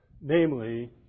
namely